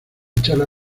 charla